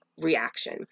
reaction